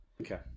Okay